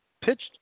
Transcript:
Pitched